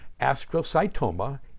astrocytoma